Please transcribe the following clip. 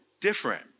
different